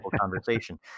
conversation